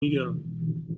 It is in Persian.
میگم